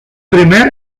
primer